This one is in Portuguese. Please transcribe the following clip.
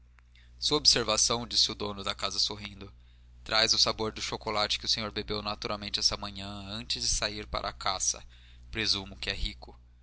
sua observação disse o dono da casa sorrindo traz o sabor do chocolate que o senhor bebeu naturalmente esta manhã antes de sair para a caça presumo que é rico